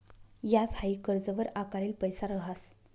याज हाई कर्जवर आकारेल पैसा रहास